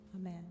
Amen